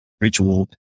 ritual